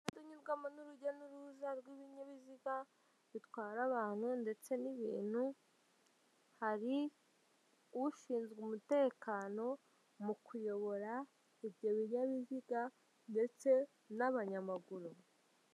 Umuhanda unyurwamo n'urujya n'uruza rw'ibinyabiziga bitwara abantu ndetse n'ibintu. Hari ushinzwe umutekano mu kuyobora ibyo binyabiziga ndetse n'abanyamaguru.